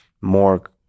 more